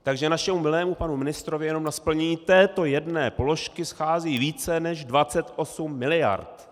Takže našemu milému panu ministrovi jenom na splnění této jedné položky schází více než 28 mld.!